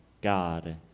God